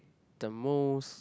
the most